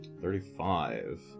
Thirty-five